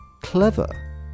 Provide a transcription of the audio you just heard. clever